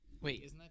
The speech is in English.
Wait